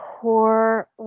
poor